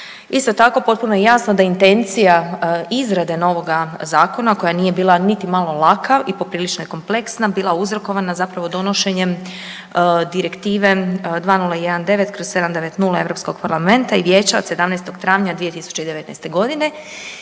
Isto tako potpuno je jasno da intencija izrade novoga zakona koja nije bila niti malo laka i poprilično je kompleksna bila uzrokovana zapravo donošenjem Direktive 2019/790 Europskog parlamenta i Vijeća od 17. travnja 2019. godine